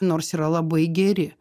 nors yra labai geri